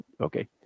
Okay